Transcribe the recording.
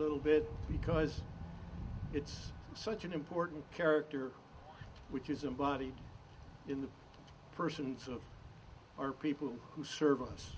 little bit because it's such an important character which is embodied in the persons of our people who serve us